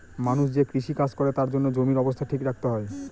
মানুষ যে কৃষি কাজ করে তার জন্য জমির অবস্থা ঠিক রাখতে হয়